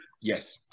Yes